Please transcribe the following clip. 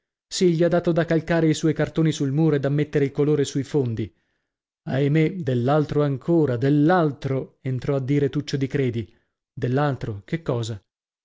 sì gli ha dato da calcare i suoi cartoni sul muro e da mettere il colore sui fondi ahimè dell'altro ancora dell'altro entrò a dire tuccio di credi dell'altro che cosa